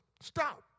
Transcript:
stop